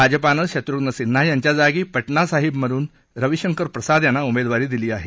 भाजपानं शत्रूघ्नसिन्हा यांच्या जागी पटना साहिबमधून रविशंकरप्रसाद यांना उमेदवारी दिली आहे